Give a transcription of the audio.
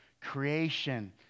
creation